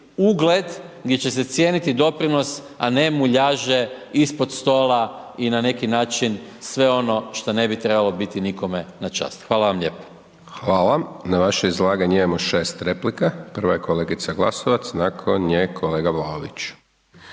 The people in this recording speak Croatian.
ugled, gdje će se cijeniti doprinos, a ne muljaže ispod stola i na neki način sve ono što ne bi trebalo biti nikome na čast. Hvala vam lijepa. **Hajdaš Dončić, Siniša (SDP)** Hvala, na vaše izlaganje imamo 6 replika. Prva je kolegica Glasovac, nakon nje kolega Vlaović.